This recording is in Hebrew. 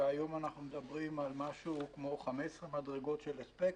והיום אנחנו מדברים על משהו כמו 15 מדרגות של הספק.